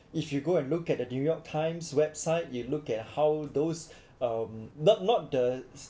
if you go and look at the new york times website you look at how those um not not the